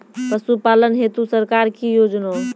पशुपालन हेतु सरकार की योजना?